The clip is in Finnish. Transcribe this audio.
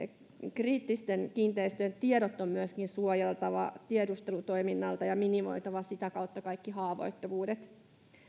kriittisten kiinteistöjen tiedot on myöskin suojeltava tiedustelutoiminnalta ja minimoitava sitä kautta kaikki haavoittuvuudet